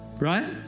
Right